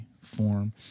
form